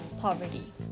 poverty